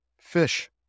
fish